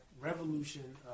revolution